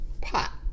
pot